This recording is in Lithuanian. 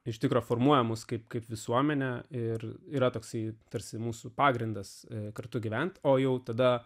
iš tikro formuoja mūsų kaip kaip visuomenę ir yra toksai tarsi mūsų pagrindas kartu gyventi o jau tada